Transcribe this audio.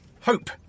Hope